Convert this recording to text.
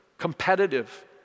Competitive